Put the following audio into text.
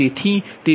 તેથી તે 0